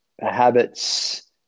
habits